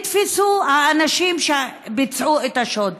נתפסו האנשים שביצעו את השוד.